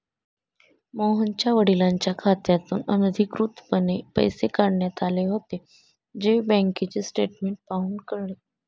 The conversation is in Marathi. मोहनच्या वडिलांच्या खात्यातून अनधिकृतपणे पैसे काढण्यात आले होते, जे बँकेचे स्टेटमेंट पाहून कळले